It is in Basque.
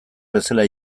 bezala